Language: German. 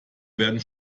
werden